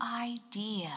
idea